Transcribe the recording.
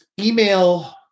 email